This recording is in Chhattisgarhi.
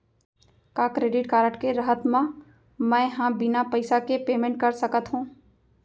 का क्रेडिट कारड के रहत म, मैं ह बिना पइसा के पेमेंट कर सकत हो?